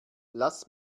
lass